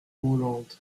hollande